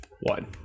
one